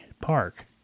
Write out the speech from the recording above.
park